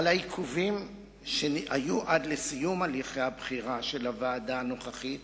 על העיכובים שהיו עד לסיום הליכי הבחירה של הוועדה הנוכחית